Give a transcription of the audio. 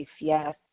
Yes